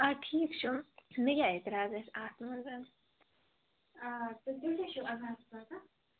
آ ٹھیٖک چھُ مےٚ کیاہ اعتِراض آسہِ اَتھ منٛز